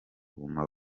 guma